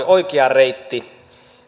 oikea reitti